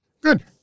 Good